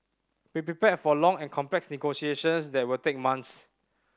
be prepared for long and complex negotiations that will take months